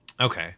okay